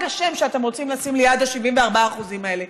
השם שאתם רוצים לשים ליד ה-74% האלה.